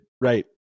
Right